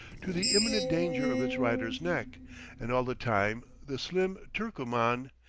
to the imminent danger of its rider's neck and all the time the slim turkoman!